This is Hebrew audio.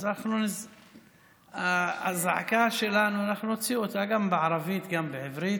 אז את הזעקה שלנו אנחנו נוציא גם בערבית וגם בעברית.